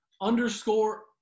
underscore